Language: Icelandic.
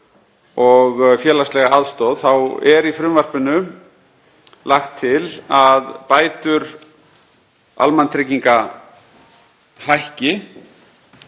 og félagslega aðstoð, er í frumvarpinu lagt til að bætur almannatrygginga hækki